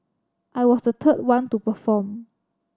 I was the third one to perform